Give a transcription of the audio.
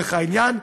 לצורך העניין,